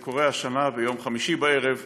זה קורה השנה ביום חמישי בערב,